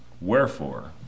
Wherefore